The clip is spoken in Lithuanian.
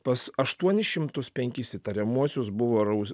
pas aštuonis šimtus penkis įtariamuosius buvo raus